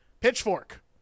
Pitchfork